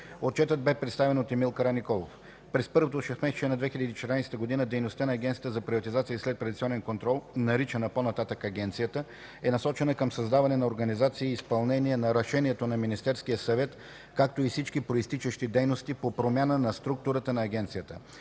Отчетът бе представен от господин Емил Караниколов. През първото шестмесечие на 2014 г. дейността на Агенцията за приватизация и следприватизационен контрол (наричана по-нататък Агенцията) е насочена към създаване на организация и изпълнение на решенията на Министерския съвет, както и всички произтичащи дейности по промяна на структурата на Агенцията.